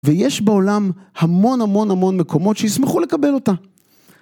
ויש בעולם המון המון המון מקומות שישמחו לקבל אותה